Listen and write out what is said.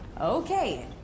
Okay